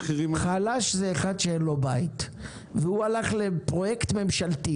חלש זה אחד שאין לו בית והוא הלך לפרויקט ממשלתי.